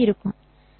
சரி